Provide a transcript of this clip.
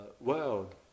world